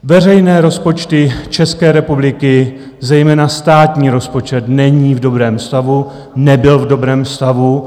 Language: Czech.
Veřejné rozpočty České republiky, zejména státní rozpočet není v dobrém stavu, nebyl v dobrém stavu.